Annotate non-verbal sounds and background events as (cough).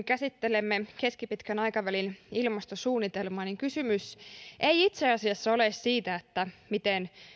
(unintelligible) käsittelemme keskipitkän aikavälin ilmastosuunnitelmaa kysymys ei itse asiassa ole siitä miten